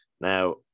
Now